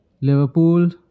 Liverpool